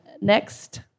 next